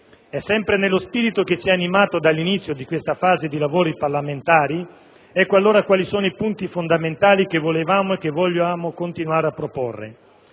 Sempre nello spirito che ci ha animato dall'inizio di questa fase di lavori parlamentari, sottolineo dunque i punti fondamentali che volevamo e che vogliamo continuare a proporre.